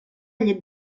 llet